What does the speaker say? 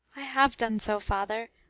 i have done so, father,